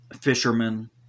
fishermen